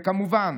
וכמובן,